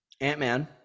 Ant-Man